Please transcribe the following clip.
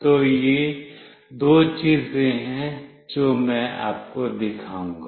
तो ये दो चीजें हैं जो मैं आपको दिखाऊंगा